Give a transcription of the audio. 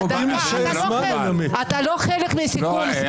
אתה לא חלק מהסיכום, סליחה.